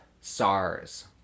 SARS